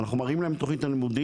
אנחנו מראים להם את תוכנית הלימודים,